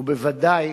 וודאי